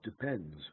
depends